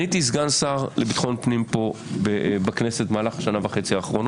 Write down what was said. הייתי פה סגן שר לביטחון פנים בכנסת במהלך השנה וחצי האחרונות.